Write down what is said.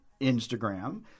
Instagram